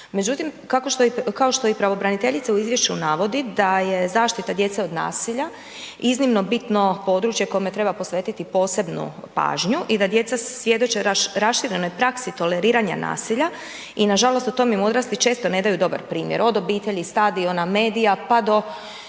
Međutim, kao što je i pravobraniteljica u izvješću navodi da je zaštita djece od nasilja iznimno bitno područje kome treba posvetiti posebnu pažnju i da djeca svjedoče raširenoj praksi toleriranja nasilja i nažalost, o tome im odrasli često ne daju dobar primjer, od obitelji, stadiona, medija, pa do